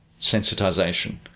sensitization